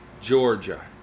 Georgia